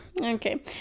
Okay